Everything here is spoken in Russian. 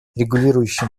регулирующим